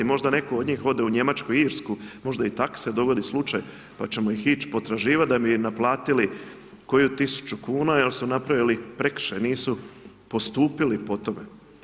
Možda netko od njih ode u Njemačku, Irsku, možda i takse dogodi slučaj, pa ćemo ih ići potraživati da bi im naplatili koju tisuću kuna, jer su napravili prekršaj, nisu postupili po tome.